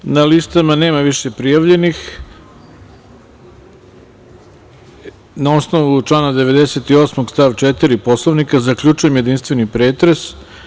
Pošto na listama nema više prijavljenih, na osnovu člana 98. stav 4. Poslovnika, zaključujem jedinstveni pretres.